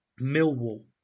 Millwall